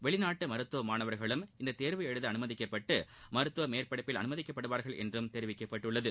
வெளிநாட்டு மருத்துவ மாணவர்களும் இந்த தேர்வு எழுத அனுமதிக்கப்பட்டு மருத்துவ மேற்படிப்பில் அனுமதிக்கப்படுவர் என்றும் தெரிவிக்கப்பட்டுள்ளது